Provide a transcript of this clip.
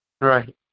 Right